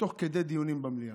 תוך כדי דיונים במליאה.